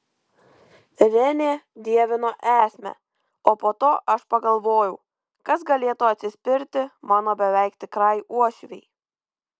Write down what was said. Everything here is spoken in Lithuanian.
renė dievino esmę o po to aš pagalvojau kas galėtų atsispirti mano beveik tikrai uošvei